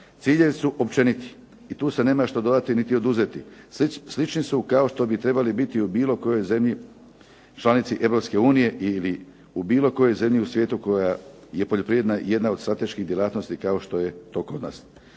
Ciljevi su općeniti i tu se nema što dodati niti oduzeti. Slični su kao što bi trebali biti u bilo kojoj zemlji članici Europske unije ili u bilo kojoj zemlji u svijetu koja je poljoprivreda jedna od strateških djelatnosti kao što je to kod nas.